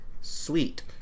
Sweet